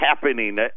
happening